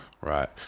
Right